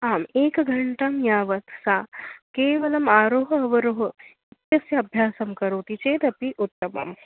आम् एकघण्टां यावत् सा केवलम् आरोहः अवरोहः इत्यस्य अभ्यासं करोति चेत् अपि उत्तमम्